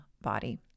body